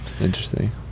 Interesting